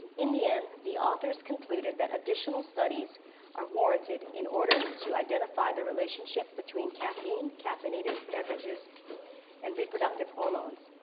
in the end, the authors included that additional studies are warranted in order to identify the relationship between caffeine, caffeinated beverages and reproductive hormones,